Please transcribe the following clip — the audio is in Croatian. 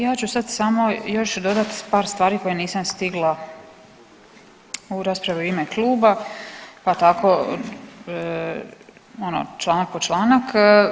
Ja ću sad samo još dodat par stvari koje nisam stigla u raspravi u ime kluba, pa tako ono članak po članak.